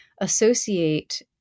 associate